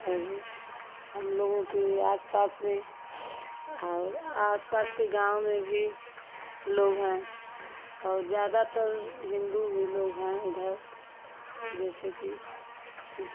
और हम लोगों के आस पास में औ आस पास के गाँव में भी लोग हैं और ज़्यादातर हिन्दू ही लोग हैं इधर जैसे कि सिस